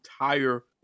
entire